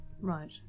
Right